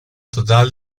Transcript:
total